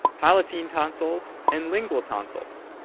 palatine tonsils, and lingual tonsils.